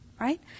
right